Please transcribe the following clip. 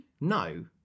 No